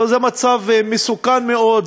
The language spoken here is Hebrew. זה מצב מסוכן מאוד,